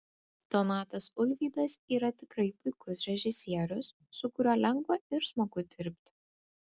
donatas ulvydas yra tikrai puikus režisierius su kuriuo lengva ir smagu dirbti